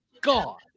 god